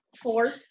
Four